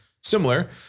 similar